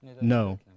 no